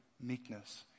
meekness